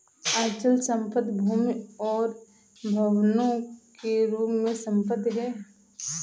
अचल संपत्ति भूमि और भवनों के रूप में संपत्ति है